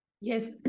Yes